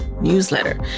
newsletter